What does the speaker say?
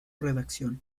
redacción